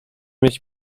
mieć